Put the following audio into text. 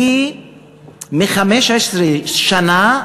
היא מלפני 15 שנה,